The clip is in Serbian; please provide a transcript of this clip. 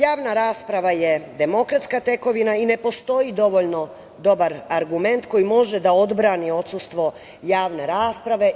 Javna rasprava je demokratska tekovina i ne postoji dovoljno dobar argument koji može da odbrani odsustvo javne rasprave.